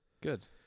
good